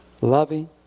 loving